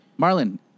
Marlon